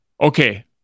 Okay